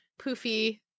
poofy